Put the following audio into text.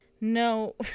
No